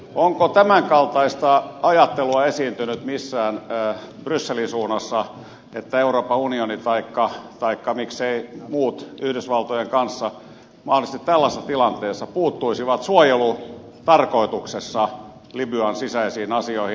onko tämän kaltaista ajattelua esiintynyt missään brysselin suunnassa että euroopan unioni taikka mikseivät muut yhdysvaltojen kanssa mahdollisesti tällaisessa tilanteessa puuttuisi suojelutarkoituksessa libyan sisäisiin asioihin